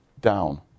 down